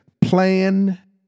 Plan